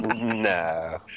No